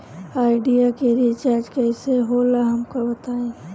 Idea के recharge कईसे होला हमका बताई?